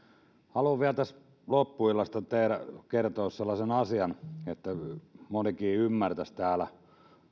haluan vielä tässä loppuillasta teille kertoa sellaisen asian niin että monikin sen ymmärtäisi täällä